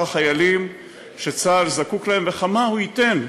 החיילים שצה"ל זקוק להם וכמה הוא ייתן.